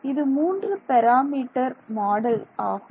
இது மூன்று parameter model ஆகும்